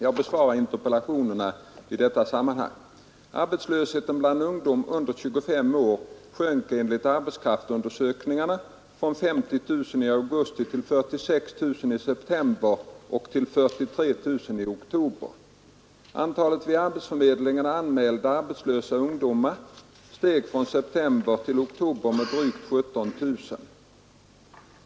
Jag besvarar interpellationerna i ett sammanhang. Arbetslösheten bland ungdom under 25 år sjönk enligt arbetskraftsundersökningarna från 50 000 i augusti till 46 000 i september och 43 000 i oktober. Antalet vid arbetsförmedlingarna anmälda arbetslösa ungdomar steg från september till oktober till drygt 17 000.